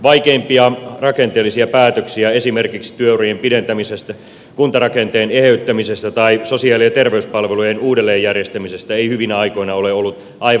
vaikeimpia rakenteellisia päätöksiä esimerkiksi työurien pidentämisestä kuntarakenteen eheyttämisestä tai sosiaali ja terveyspalveluiden uudelleenjärjestämisestä ei hyvinä aikoina ole ollut aivan pakko tehdä